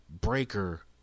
Breaker